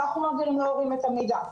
אנחנו מעבירים להורים את המידע.